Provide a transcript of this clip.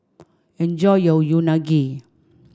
enjoy your Unagi